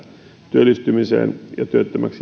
työllistymiseen ja työttömäksi